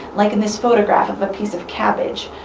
like in this photograph of piece of cabbage.